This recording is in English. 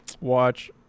watch